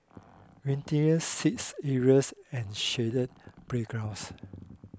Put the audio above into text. Windy seats areas and shaded playgrounds